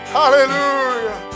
hallelujah